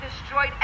destroyed